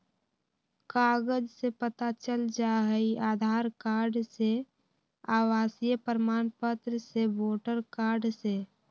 कागज से पता चल जाहई, आधार कार्ड से, आवासीय प्रमाण पत्र से, वोटर कार्ड से?